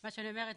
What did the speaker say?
מה שאני אומרת,